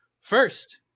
First